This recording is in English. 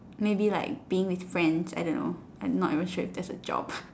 maybe like being with friends I don't know I'm not even sure if that's a job